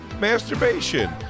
Masturbation